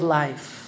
life